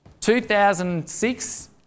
2006